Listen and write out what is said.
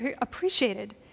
appreciated